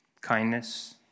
kindness